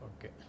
Okay